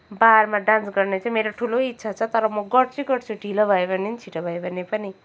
बारमा डान्स गर्ने चाहिँ मेरो ठुलो इच्छा छ तर म गर्छु नै गर्छु ढिलो भयो भने पनि छिटो भयो भने पनि